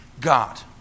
God